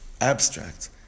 abstract